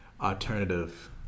alternative